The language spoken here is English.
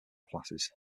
classes